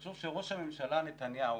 לחשוב שראש הממשלה נתניהו